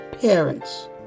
parents